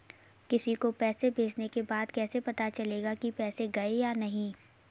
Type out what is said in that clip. किसी को पैसे भेजने के बाद कैसे पता चलेगा कि पैसे गए या नहीं?